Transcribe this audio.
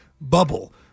bubble